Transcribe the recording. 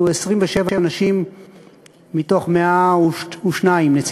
אלו 27 נשים מתוך 102 נציגים.